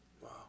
Wow